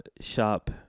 shop